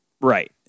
Right